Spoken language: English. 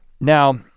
Now